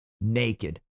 naked